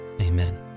amen